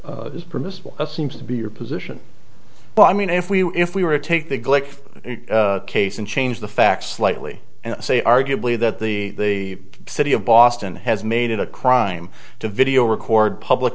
is permissible it seems to be your position but i mean if we if we were to take the glick case and change the facts slightly and say arguably that the city of boston has made it a crime to video record public